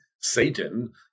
Satan